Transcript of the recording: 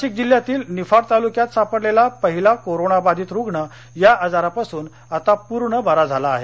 नाशिक जिल्ह्यातील निफाड तालुक्यात सापडलेला पहिला कोरोनाबाधित रुग्ण या आजारापासून आता पूर्ण बरा झाला आहे